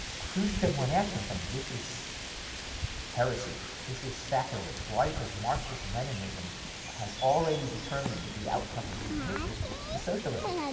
khrushchev went after him saying, this is heresy. this is sacrilege. why? because marxist and leninism has already determined that the outcome of human history is socialism.